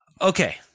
Okay